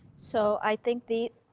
so i think the,